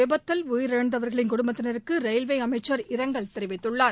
விபத்தில் உயிரிழந்தவர்களின் குடும்பத்தினருக்கு ரயில்வே அமைச்சர் இரங்கல் இந்த தெரிவித்துள்ளார்